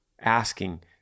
asking